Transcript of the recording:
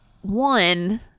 one